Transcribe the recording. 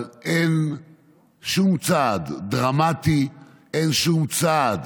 אבל אין שום צעד דרמטי, אין שום צעד